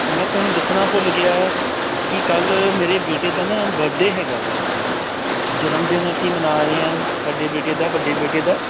ਮੈਂ ਤੁਹਾਨੂੰ ਦੱਸਣਾ ਭੁੱਲ ਗਿਆ ਕੀ ਕੱਲ ਮੇਰੇ ਬੇਟੇ ਦਾ ਨਾ ਬਰਥਡੇ ਹੈਗਾ ਵਾ ਜਨਮ ਦਿਨ ਅਸੀਂ ਮਨਾ ਰਹੇ ਆਂ ਸਾਡੇ ਬੇਟੇ ਦਾ ਵੱਡੇ ਬੇਟੇ ਦਾ